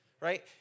right